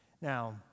Now